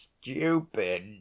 stupid